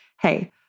Hey